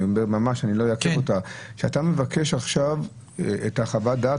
אתה מבקש עכשיו את חוות הדעת,